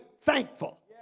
thankful